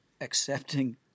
accepting